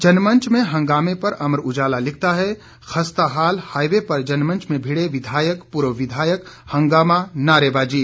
जनमंच में हंगामे पर अमर उजाला लिखता है खस्ताहाल हाईवे पर जनमंच में भिड़े विधायक पूर्व विधायक हंगामा नारेबाजी